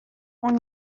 اون